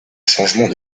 changement